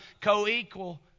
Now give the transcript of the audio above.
co-equal